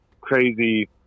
crazy